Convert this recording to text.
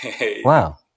Wow